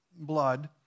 Blood